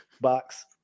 box